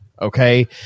Okay